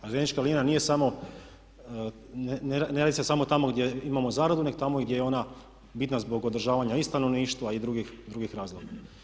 A željeznička linija nije samo, ne radi se samo tamo gdje imamo zaradu, nego tamo gdje je ona bitna zbog održavanja i stanovništva i drugih razloga.